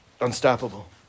Unstoppable